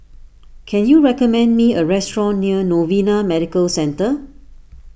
can you recommend me a restaurant near Novena Medical Centre